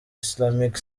islamic